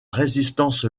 résistance